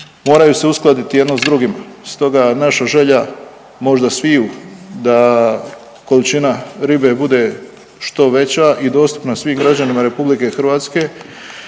Moraju se uskladiti jedno s drugim, stoga naša želja možda sviju da količina ribe bude što veća i dostupna svim građanima Republike Hrvatske.